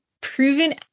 proven